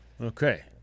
Okay